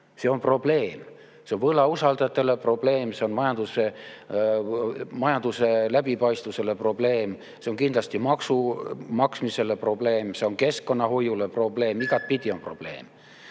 see on probleem. See on võlausaldajatele probleem, see on majanduse läbipaistvusele probleem, see on kindlasti maksumaksmisele probleem, see on keskkonnahoiule probleem, igatpidi on probleem.